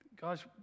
Guys